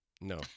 no